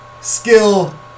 skill